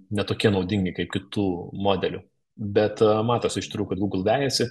ne tokie naudingi kaip kitų modelių bet matosi iš tikrų kad google vejasi